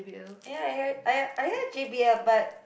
yeah I heard I I heard J_B_L but